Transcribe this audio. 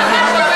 השר שטייניץ תמך.